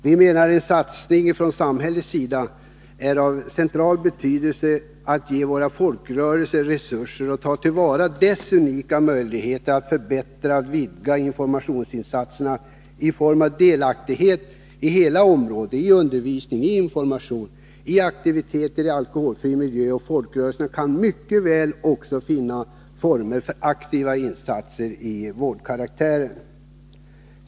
Vi menar att en satsning från samhällets sida är av central betydelse för att ge våra folkrörelser resurser och för att ta till vara deras unika möjligheter att förbättra och vidga informationsinsatserna i form av delaktighet på alla områden: i undervisning, i information, i aktiviteter i alkoholfri miljö. Folkrörelserna kan mycket väl också finna former för aktiva insatser av vårdkaraktär.